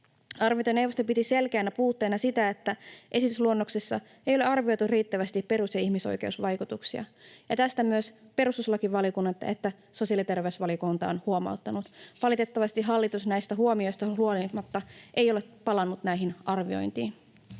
Arviointineuvosto piti selkeänä puutteena sitä, että esitysluonnoksissa ei ole arvioitu riittävästi perus- ja ihmisoikeusvaikutuksia, ja tästä myös sekä perustuslakivaliokunta että sosiaali- ja terveysvaliokunta on huomauttanut. Valitettavasti hallitus näistä huomioista huolimatta ei ole palannut näihin arviointeihin.